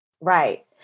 Right